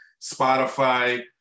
Spotify